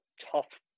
tough